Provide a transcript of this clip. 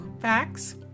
facts